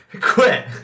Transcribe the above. Quit